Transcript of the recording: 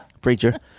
preacher